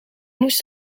moest